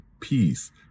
peace